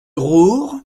roure